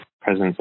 presence